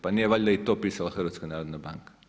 Pa nije valjda i to pisala HNB?